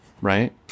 right